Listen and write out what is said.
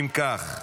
אם כך,